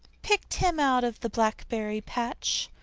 picked him out of the blackberry patch,